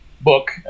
book